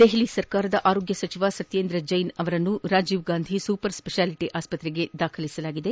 ದೆಹಲಿ ಸರ್ಕಾರದ ಆರೋಗ್ಯ ಸಚಿವ ಸತ್ಕೇಂದರ್ ಜೈನ್ ಅವರನ್ನು ರಾಜೀವ್ಗಾಂಧಿ ಸೂಪರ್ ಸ್ವೆಷಾಲಿಟ ಆಸ್ವತ್ರೆಗೆ ದಾಖಲಿಸಲಾಗಿದೆ